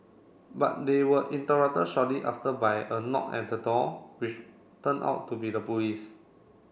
but they were interrupted shortly after by a knock at the door which turn out to be the police